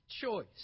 choice